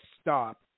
stop